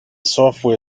software